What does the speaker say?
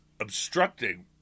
obstructing